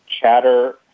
chatter